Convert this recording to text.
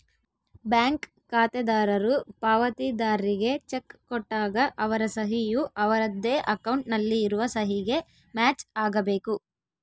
bank ಖಾತೆದಾರರು ಪಾವತಿದಾರ್ರಿಗೆ cheque ಕೊಟ್ಟಾಗ ಅವರ ಸಹಿ ಯು ಅವರದ್ದೇ ಅಕೌಂಟ್ ನಲ್ಲಿ ಇರುವ ಸಹಿಗೆ ಮ್ಯಾಚ್ ಆಗಬೇಕು